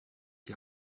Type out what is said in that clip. die